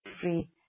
free